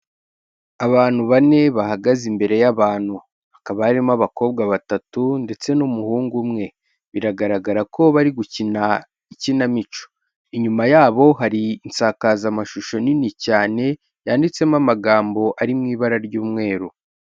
Abantu bane bahagaze imbere y'abantu, hakaba harimo abakobwa batatu ndetse n'umuhungu umwe, biragaragara ko bari gukina ikinamico, inyuma yabo hari insakazamashusho nini cyane, yanditsemo amagambo ari mu ibara ry'umweru.